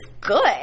good